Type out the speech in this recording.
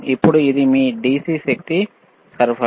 అప్పుడు ఇది మీ DC శక్తి సరఫరా